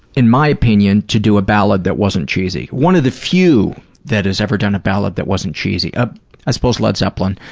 in my opinion, to do a ballad that wasn't cheesy, one of the few that has ever done a ballad that wasn't cheesy. ah i suppose led zeppelin.